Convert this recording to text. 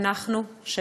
אנחנו שלה.